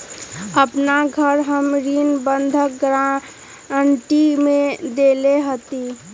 अपन घर हम ऋण बंधक गरान्टी में देले हती